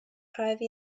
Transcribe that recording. five